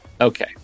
okay